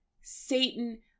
Satan